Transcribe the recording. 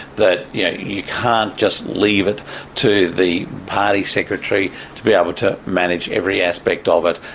that yeah you can't just leave it to the party secretary to be able to manage every aspect of it.